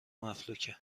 مفلوکه